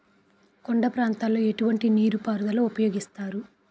కొండ ప్రాంతాల్లో ఎటువంటి నీటి పారుదల ఉపయోగిస్తారు?